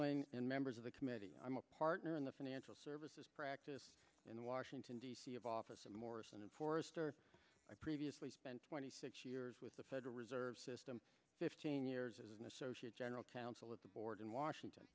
handling and members of the committee i'm a partner in the financial services practice in washington d c of office and morrison and forrester i previously spent twenty six years with the federal reserve system fifteen years as an associate general counsel of the board in washington